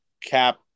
Cap